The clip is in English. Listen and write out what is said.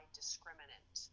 discriminant